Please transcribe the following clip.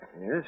Yes